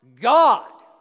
God